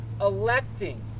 electing